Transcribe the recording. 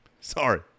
Sorry